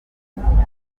demokarasi